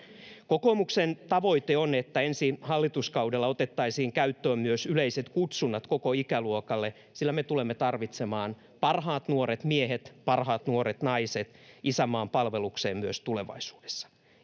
Kokoomuksen tavoite on, että ensi hallituskaudella otettaisiin käyttöön myös yleiset kutsunnat koko ikäluokalle, sillä me tulemme myös tulevaisuudessa tarvitsemaan parhaat nuoret miehet ja parhaat nuoret naiset isänmaan palvelukseen. Itse